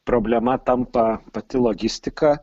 problema tampa pati logistika